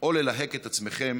או ללהק את עצמכם